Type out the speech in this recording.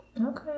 Okay